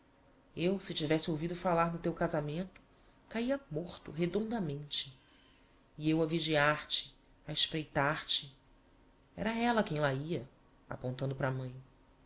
eu se tivesse ouvido falar no teu casamento caía morto redondamente e eu a vigiar te a espreitar te era ella quem lá ia apontando para a mãe